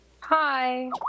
Hi